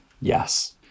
Yes